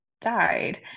died